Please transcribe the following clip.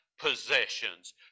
possessions